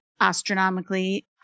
astronomically